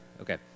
Okay